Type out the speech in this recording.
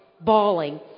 bawling